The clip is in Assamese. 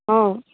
অঁ